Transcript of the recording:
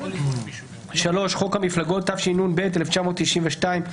התשנ"ב 1992,